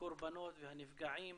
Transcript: הקורבנות והנפגעים